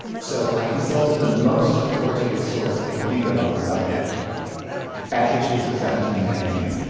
so i consulted the most authoritative source i could think of on the subject back issues of seventeen magazine